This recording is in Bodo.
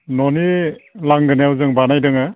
न'नि लांगोनायाव जों बानायदोङो